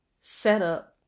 setup